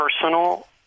personal